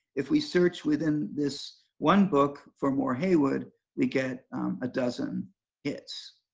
if we search within this one book for more heywood we get a dozen hits.